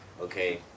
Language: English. okay